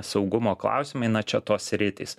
saugumo klausimai na čia tos sritys